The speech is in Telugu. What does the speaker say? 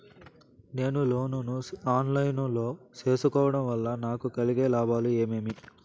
నేను లోను ను ఆన్ లైను లో సేసుకోవడం వల్ల నాకు కలిగే లాభాలు ఏమేమీ?